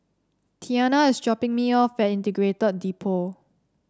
Tianna is dropping me off at Integrated Depot